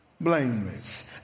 blameless